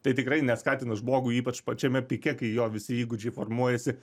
tai tikrai neskatina žmogų ypač pačiame pike kai jo visi įgūdžiai formuojasi